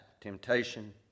temptation